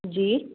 जी